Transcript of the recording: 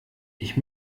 ich